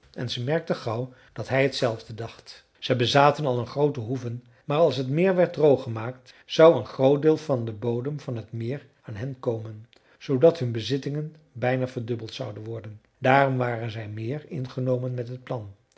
en ze merkte gauw dat hij hetzelfde dacht ze bezaten al een groote hoeve maar als het meer werd drooggemaakt zou een groot deel van den bodem van het meer aan hen komen zoodat hun bezittingen bijna verdubbeld zouden worden daarom waren zij meer ingenomen met het plan